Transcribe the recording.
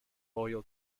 loyal